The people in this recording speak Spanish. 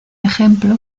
ejemplo